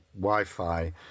Wi-Fi